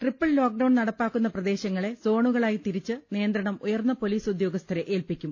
triple lockdown നടപ്പാക്കുന്ന പ്രദേശങ്ങളെ സോണുകളായി തിരിച്ച് നിയന്ത്രണം ഉയർന്ന പൊലീസ് ഉദ്യോഗസ്ഥരെ ഏൽപ്പിക്കും